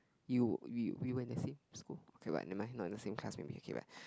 you we were in the same school but never mind not in the same class with me okay but